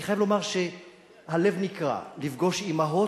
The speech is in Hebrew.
אני חייב לומר שהלב נקרע, לפגוש אימהות